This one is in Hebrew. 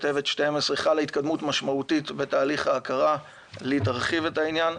כתבת 12N. לי תרחיב את העניין.